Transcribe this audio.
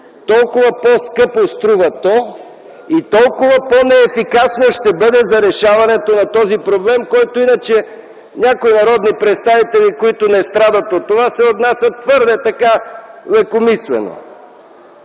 толкова по-скъпо струва то и по-неефикасно ще бъде решаването на този проблем, към който някои народни представители, които не страдат от това, се отнасят твърде лекомислено.